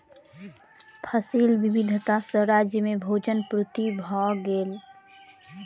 फसिल विविधता सॅ राज्य में भोजन पूर्ति भ गेल